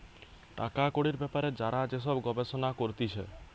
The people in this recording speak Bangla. টাকা কড়ির বেপারে যারা যে সব গবেষণা করতিছে